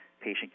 patient